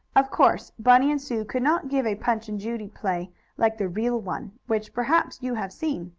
of course bunny and sue could not give a punch and judy play like the real one, which, perhaps, you have seen.